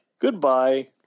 Goodbye